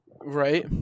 Right